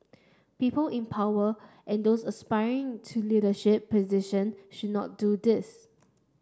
people in power and those aspiring to leadership position should not do this